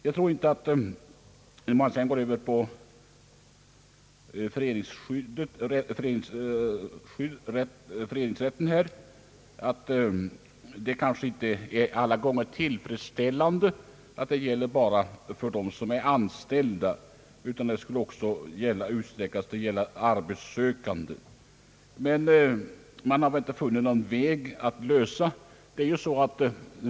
Vad sedan gäller föreningsrätten är det kanske inte alla gånger tillfredsställande att den gäller bara för dem som är anställda, utan den borde utsträckas till att gälla även arbetssökande. Man har emellertid inte funnit något sätt att lösa denna fråga.